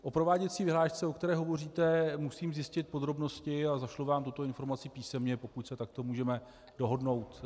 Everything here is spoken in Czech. O prováděcí vyhlášce, o které hovoříte, musím zjistit podrobnosti a zašlu vám tuto informaci písemně, pokud se takto můžeme dohodnout.